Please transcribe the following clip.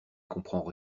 comprend